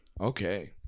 Okay